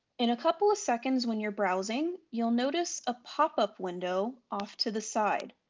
in a couple of seconds when you're browsing you'll notice a pop-up window off to the side.